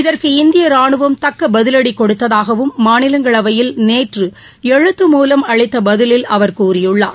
இதற்கு இந்திய ராணுவம் தக்க பதிவடி கொடுத்ததாகவும் மாநிலங்களவையில் நேற்று எழுத்து மூலம் அளித்த பதிலில் அவர் கூறியுள்ளார்